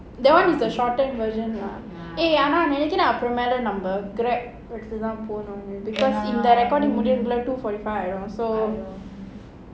that [one] is the shortened version lah eh ஆமா:aamaa number Grab ஏன்னா:yenaa because in the recording two forty five around so